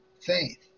faith